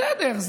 זה בסדר,